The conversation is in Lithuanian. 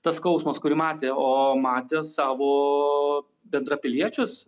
tas skausmas kurį matė o matė savo bendrapiliečius